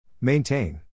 Maintain